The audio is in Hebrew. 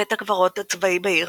בית הקברות הצבאי בעיר,